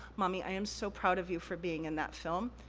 mommy, i am so proud of you for being in that film,